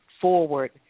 forward